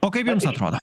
o kaip jums atrodo